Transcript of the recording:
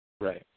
Right